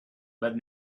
but